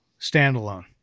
standalone